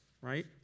right